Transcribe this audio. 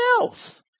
else